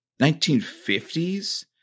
1950s